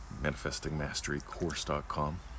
manifestingmasterycourse.com